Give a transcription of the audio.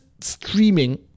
streaming